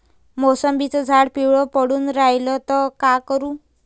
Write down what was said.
मोसंबीचं झाड पिवळं पडून रायलं त का करू?